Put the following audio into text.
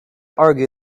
argue